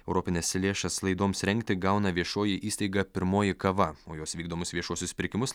europines lėšas laidoms rengti gauna viešoji įstaiga pirmoji kava o jos vykdomus viešuosius pirkimus